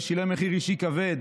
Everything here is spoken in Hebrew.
ששילם מחיר אישי כבד